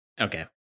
Okay